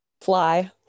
Fly